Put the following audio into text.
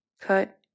cut